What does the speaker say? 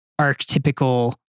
archetypical